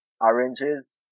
oranges